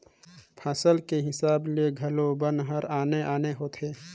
फसल के हिसाब ले घलो बन हर आने आने होथे